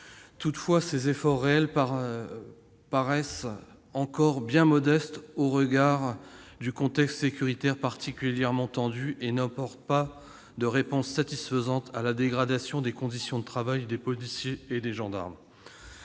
réels, ces efforts paraissent bien modestes au regard du contexte sécuritaire, particulièrement tendu, et n'apportent pas de réponse satisfaisante à la dégradation des conditions de travail des policiers et des gendarmes.